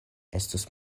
estus